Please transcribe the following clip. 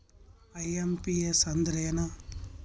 IMPS ಅಂದ್ರ ಏನು?